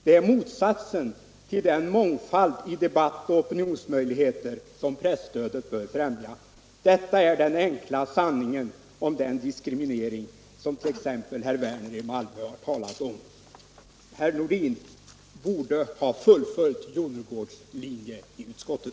Det är motsatsen till den mångfald i debatt och opinionsmöjligheter som presstödet bör främja. Detta är den enkla sanningen om den "diskriminering som t.ex. herr Werner i Malmö har talat om.” Herr Nordin borde ha fullföljt herr Jonnergårds linje i utskottet.